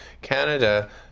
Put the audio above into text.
Canada